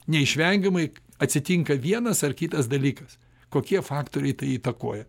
neišvengiamai atsitinka vienas ar kitas dalykas kokie faktoriai tai įtakoja